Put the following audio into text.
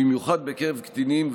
במיוחד בקרב קטינים.